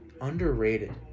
Underrated